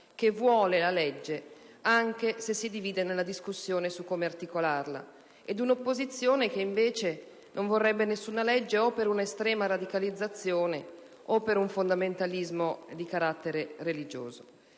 che vuole la legge, anche se si divide nella discussione su come articolarla, ed un'opposizione che, invece, non vorrebbe nessuna legge o per un estrema radicalizzazione o per un fondamentalismo di carattere religioso.